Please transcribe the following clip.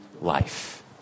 life